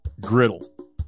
Griddle